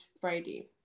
friday